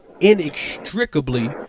inextricably